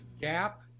gap